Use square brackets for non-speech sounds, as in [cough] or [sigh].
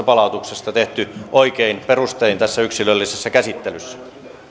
[unintelligible] palautuksesta tehty oikein perustein yksilöllisessä käsittelyssä